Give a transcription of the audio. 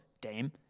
Dame